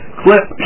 clip